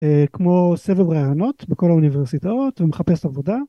כמו סבב רעיונות בכל האוניברסיטאות ומחפש עבודה.